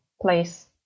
place